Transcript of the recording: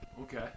Okay